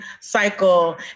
cycle